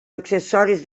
accessoris